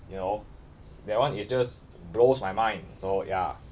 you know that one is just blows my mind so ya